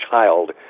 child